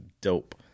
dope